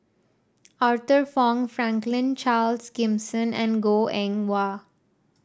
Arthur Fong Franklin Charles Gimson and Goh Eng Wah